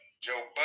Joe